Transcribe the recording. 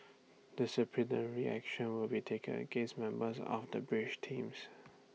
disciplinary action will be taken against members of the bridge teams